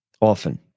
often